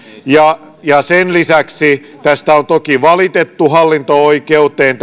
ja ja sen lisäksi tästä uudemmasta yleiskaavasta on toki valitettu hallinto oikeuteen